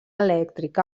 elèctric